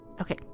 okay